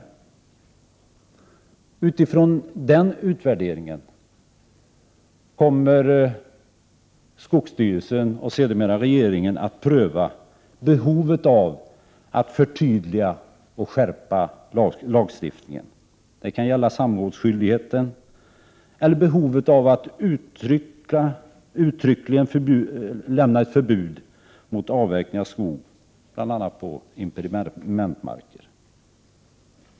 Med utgångspunkt i denna utvärdering kommer skogsstyrelsen och sedermera regeringen att pröva behovet av att förtydliga och skärpa lagstiftningen. Det kan gälla samrådsskyldigheten eller behovet av att uttryckligen förbjuda avverkning av skog, bl.a. på impedimentmarker.